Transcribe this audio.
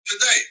Today